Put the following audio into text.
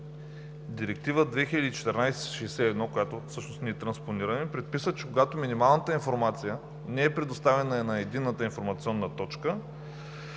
Директива 2014/61, която всъщност ние транспонираме, предписва, че когато минималната информация не е предоставена на Единната информационна точка,